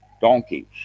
donkeys